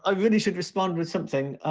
ah really should respond with something.